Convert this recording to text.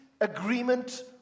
agreement